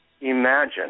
imagine